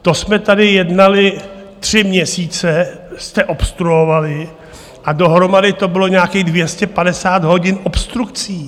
To jsme tady jednali tři měsíce, obstruovali jste, dohromady to bylo nějakých 250 hodin obstrukcí.